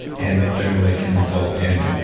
and generally can result in,